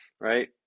right